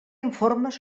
informes